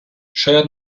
شایدم